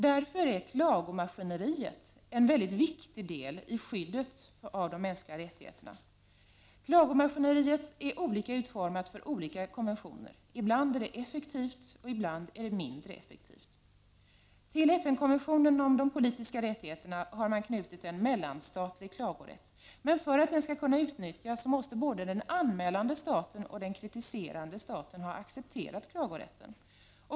Därför är klagomaskineriet en mycket viktig del i skyddet av de mänskliga rättigheterna. Klagomaskineriet är olika utformat för olika konventioner. Ibland är det effektivt, och ibland är det mindre effektivt. Till FN-konventionen om de politiska rättigheterna har man knutit en mellanstatlig klagorätt. Men för att den skall kunna utnyttjas måste både den anmälande staten och den kritiserade staten ha accepterat klagorätten.